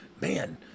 man